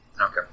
Okay